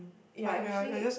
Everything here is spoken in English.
ya actually